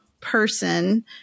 person